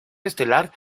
estelar